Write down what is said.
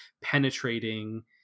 penetrating